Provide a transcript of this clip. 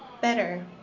Better